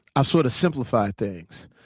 i've sort of simplified things.